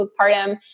postpartum